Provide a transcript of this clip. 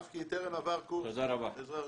אף כי טרם עבר קורס עזרה ראשונה.